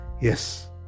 Yes